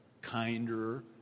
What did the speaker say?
kinder